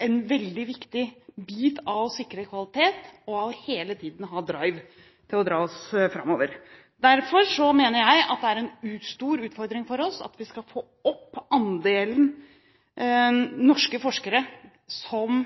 en veldig viktig bit for å sikre kvalitet, og vi må hele tiden ha «drive» for å dra oss framover. Derfor mener jeg at det er en stor utfordring for oss å få opp andelen norske forskere som